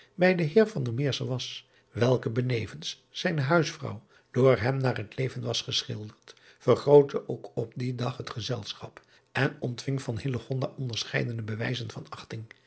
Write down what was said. uisman was welke benevens zijne huisvrouw door hem naar het leven was geschilderd vergrootte ook op dien dag het gezelschap en ontving van onderscheidende bewijzen van achting